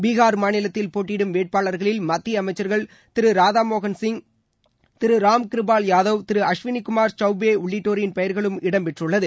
பீஹார் மாநிலத்தில் போட்டியிடும் வேட்பாளர்களில் மத்திய அமைச்சர்கள் திரு ராதாமோகன் சிங் ராம் திரு கிருபால் யாதவ் திரு அஸ்வினி குமார் சவ்பே உள்ளிட்டோரின் பெயர்களும் இடம் பெற்றுள்ளது